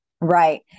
Right